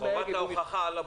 חובת ההוכחה היא על הבוחן.